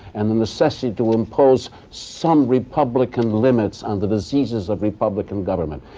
and the necessity to impose some republican limits on the diseases of republican government.